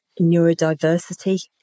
neurodiversity